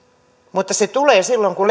mutta se tulee silloin kun